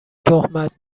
تهمت